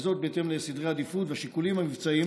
וזאת בהתאם לסדרי העדיפות והשיקולים המבצעיים